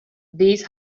these